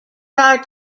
are